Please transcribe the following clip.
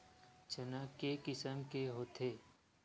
चना के किसम के होथे?